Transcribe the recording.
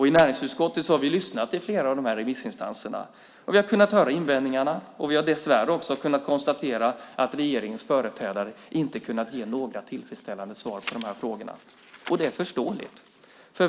I näringsutskottet har vi lyssnat till flera av de här remissinstanserna och kunnat höra invändningarna. Vi har dessvärre också kunnat konstatera att regeringens företrädare inte har kunnat ge några tillfredsställande svar på de här frågorna, och det är förståeligt.